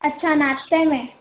अछा नाश्ते में